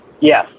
Yes